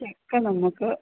ചക്ക നമുക്ക്